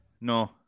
no